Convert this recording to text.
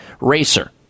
racer